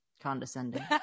condescending